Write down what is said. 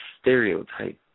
stereotype